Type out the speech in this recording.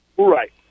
right